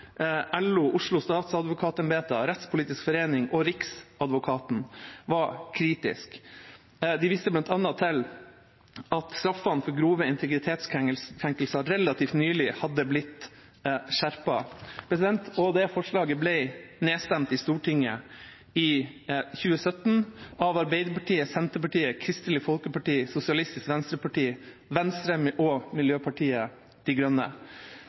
LO, Oslo statsadvokatembeter, Rettspolitisk forening og Riksadvokaten var kritiske. De viste bl.a. til at straffene for grove integritetskrenkelser relativt nylig var blitt skjerpet. Det forslaget ble nedstemt i Stortinget i 2017 av Arbeiderpartiet, Senterpartiet, Kristelig Folkeparti, Sosialistisk Venstreparti, Venstre og Miljøpartiet De Grønne.